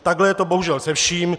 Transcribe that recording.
Takhle je to bohužel se vším.